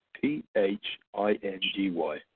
P-H-I-N-G-Y